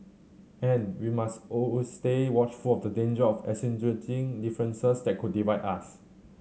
and we must always stay watchful of the danger of accentuating differences that could divide us